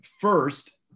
First